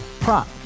prop